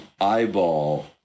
eyeball